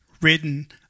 written